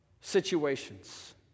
situations